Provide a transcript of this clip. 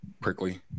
prickly